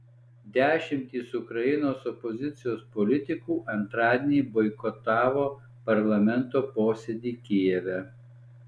dešimtys ukrainos opozicijos politikų antradienį boikotavo parlamento posėdį kijeve